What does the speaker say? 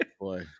boy